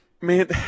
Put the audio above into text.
man